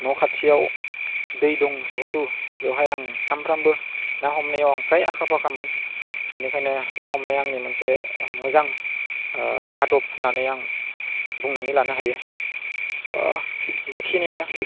न' खाथियाव दै दं जिहेथु बेवहाय आं सानफ्रोमबो ना हमनायाव आं फ्राय आखा फाखामोन बेनिखायनो ना हमनाया आंनि मोनसे मोजां आदब होननानै आं बुंनानै लानो हायो बेखिनिआनो